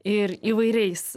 ir įvairiais